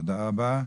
תודה רבה.